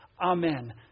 Amen